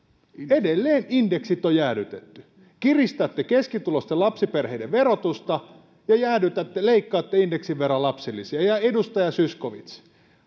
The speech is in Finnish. edelleen indeksit on jäädytetty kiristätte keskituloisten lapsiperheiden verotusta ja jäädytätte leikkaatte indeksin verran lapsilisiä edustaja zyskowicz